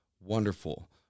wonderful